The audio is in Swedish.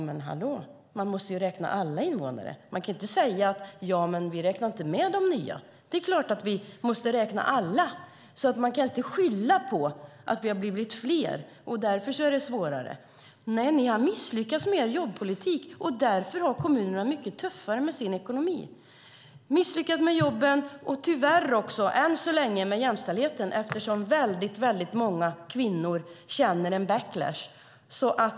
Men man måste räkna alla invånare. Man kan inte strunta i att räkna med de nya. Det är klart att vi måste räkna alla. Man kan inte skylla på att vi har blivit fler och att det därför är svårare. Nej, ni har misslyckats med er jobbpolitik. Därför har kommunerna det mycket tuffare med sin ekonomi. Ni har misslyckats med jobben och tyvärr också, än så länge, med jämställdheten eftersom många kvinnor upplever en backlash.